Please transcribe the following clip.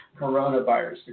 coronavirus